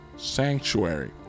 sanctuary